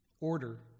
order